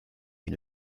une